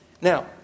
Now